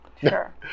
Sure